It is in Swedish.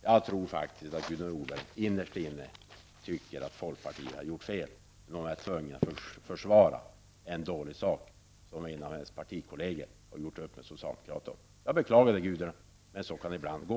Jag tror faktiskt att hon innerst inne tycker att folkpartiet har gjort fel, men hon är tvungen att försvara en dålig sak, som en av hennes partikolleger har gjort upp om med socialdemokraterna. Jag beklagar detta, men så kan det ibland gå.